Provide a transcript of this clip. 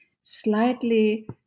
slightly